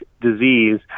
disease